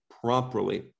properly